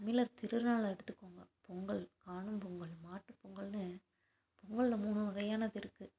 தமிழர் திருநாளை எடுத்துக்கோங்க பொங்கல் காணும் பொங்கல் மாட்டு பொங்கல்னு பொங்கலில் மூணு வகையானது இருக்குது